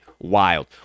wild